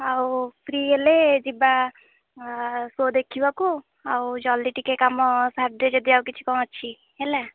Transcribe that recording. ଆଉ ଫ୍ରି ହେଲେ ଯିବା ସୋ ଦେଖିବାକୁ ଆଉ ଜଲ୍ଦି ଟିକେ କାମ ସାରିଦେ ଯଦି ଆଉ କିଛି କ'ଣ ଅଛି ହେଲା